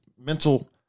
mental